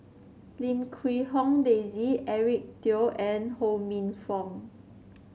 Lim Quee Hong Daisy Eric Teo and Ho Minfong